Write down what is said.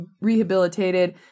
rehabilitated